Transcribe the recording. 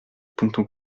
ponte